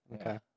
Okay